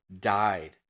died